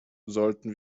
sollten